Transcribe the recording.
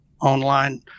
online